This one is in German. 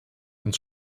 ins